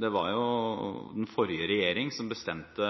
Det var jo den forrige regjeringen som bestemte